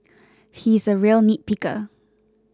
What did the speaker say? he is a real nitpicker